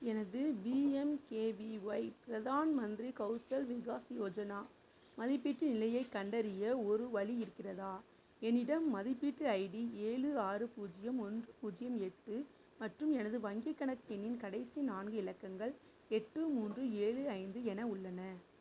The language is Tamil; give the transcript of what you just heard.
எனது பிஎம்கேவிஒய் ப்ரதான் மந்திரி கௌஷல் விகாஸ் யோஜனா மதிப்பீட்டு நிலையைக் கண்டறிய ஒரு வழி இருக்கிறதா என்னிடம் மதிப்பீட்டு ஐடி ஏழு ஆறு பூஜ்யம் ஒன்று பூஜ்யம் எட்டு மற்றும் எனது வங்கிக் கணக்கு எண்ணின் கடைசி நான்கு இலக்கங்கள் எட்டு மூன்று ஏழு ஐந்து என உள்ளன